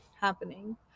Happening